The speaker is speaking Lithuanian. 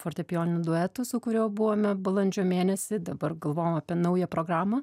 fortepijoniniu duetu su kuriuo buvome balandžio mėnesį dabar galvojom apie naują programą